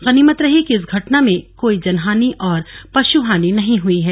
गनीमत रही कि इस घटना में कोई जनहानि व पशहानि नही हई है